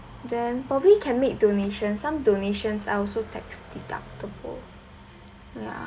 then probably can make donation some donations are also tax deductible ya